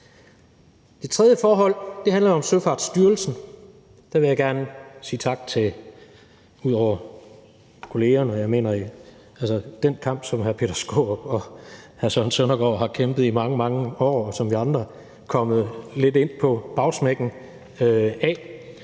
Det tredje forhold handler jo om Søfartsstyrelsen, og der vil jeg gerne sige tak til kollegerne og vil med hensyn til den kamp, som hr. Peter Skaarup og hr. Søren Søndergaard har kæmpet i mange, mange år, og som vi andre er kommet lidt ind på bagsmækken af,